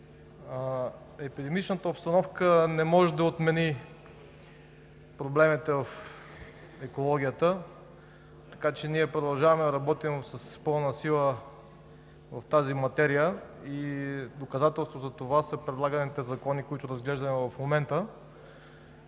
Епидемичната обстановка не може да отмени проблемите в екологията, така че ние продължаваме да работим с пълна сила в тази материя и доказателство за това са предлаганите закони, които разглеждаме в момента.